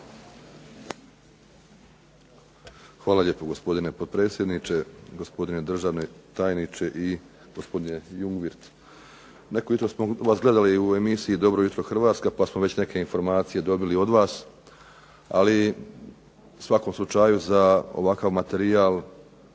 Hvala lijepo gospodine potpredsjedniče. Gospodine državni tajniče i gospodine Jungwirth. Neko jutro smo vas gledali u emisiji "Dobro jutro Hrvatska" pa smo već neke informacije dobili od vas, ali u svakom slučaju za ovakav materijal